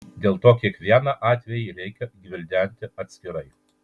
dėl to kiekvieną atvejį reikia gvildenti atskirai